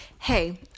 hey